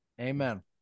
Amen